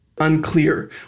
unclear